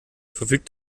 verfügt